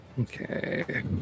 Okay